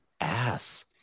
ass